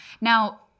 now